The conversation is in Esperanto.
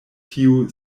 tiu